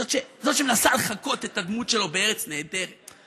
זאת שמנסה לחקות את הדמות שלו בארץ נהדרת,